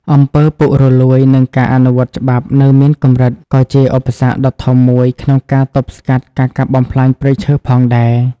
អំពើពុករលួយ និងការអនុវត្តច្បាប់នៅមានកម្រិតក៏ជាឧបសគ្គដ៏ធំមួយក្នុងការទប់ស្កាត់ការកាប់បំផ្លាញព្រៃឈើផងដែរ។